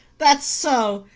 that's so.